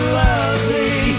lovely